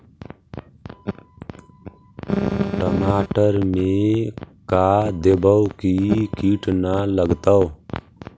टमाटर में का देबै कि किट न लगतै?